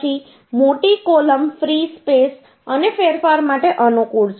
પછી મોટી column free space અને ફેરફાર માટે અનુકૂળ છે